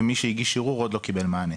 ומי שהגיש ערעור עוד לא קיבל מענה.